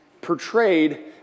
portrayed